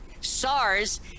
sars